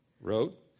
wrote